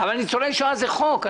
אבל ניצולי שואה זה חוק,